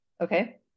Okay